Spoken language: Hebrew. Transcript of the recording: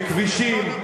בכבישים,